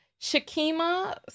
Shakima